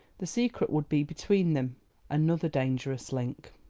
the secret would be between them another dangerous link.